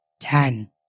ten